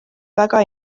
väga